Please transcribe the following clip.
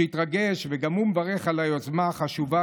שהתרגש וגם הוא מברך על היוזמה החשובה